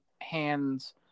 Hands